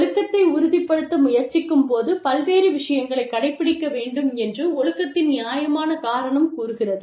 ஒழுக்கத்தை உறுதிப்படுத்த முயற்சிக்கும்போது பல்வேறு விஷயங்களை கடைப்பிடிக்க வேண்டும் என்று ஒழுக்கத்தின் நியாயமான காரணம் கூறுகிறது